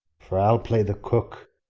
for i will play the cook,